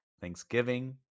Thanksgiving